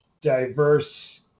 diverse